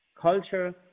culture